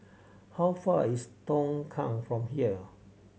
how far is Tongkang from here